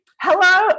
Hello